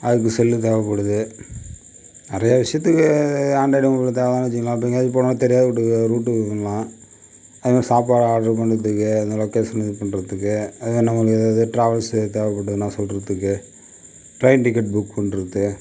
அதுக்கு செல்லு தேவைப்படுது நிறையா விசயத்துக்கு ஆண்ட்ராய்டு மொபைல் தேவைனு வைச்சிக்கங்களேன் இப்போ எங்காச்சும் போனோம் தெரியாத ரூட்டுக்கு ரூட்டு இதுபண்ணலாம் அதுமாதிரி சாப்பாடு ஆட்ரு பண்ணுறதுக்கு அந்த லொக்கேஷன் இது பண்ணுறதுக்கு அது நம்ளுக்கு எது ட்ராவல்ஸ் தேவைப்படுதுனா சொல்வதுக்கு ட்ரையின் டிக்கெட் புக் பண்ணுறது